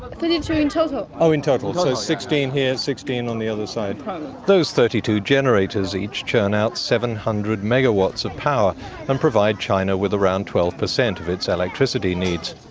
ah thirty two in total. oh, in total, so sixteen here, sixteen on the other side. um those thirty two generators each churn out seven hundred megawatts of power and provide china with around twelve percent of its electricity needs.